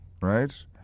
right